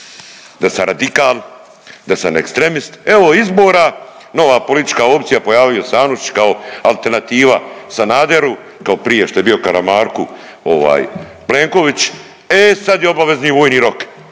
da sam radikal, da sam ekstremist. Evo izbora nova politička opcija, pojavio se Anušić kao alternativa Sanaderu kao prije šta je bio Karamarku Plenković, e sad je obavezni vojni rok,